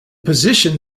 position